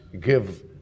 give